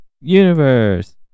Universe